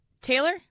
Taylor